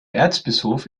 erzbischof